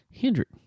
Hendrick